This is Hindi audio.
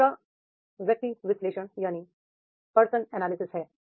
दू सरा पर्सनल एनालिसिस है